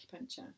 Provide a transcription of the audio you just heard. acupuncture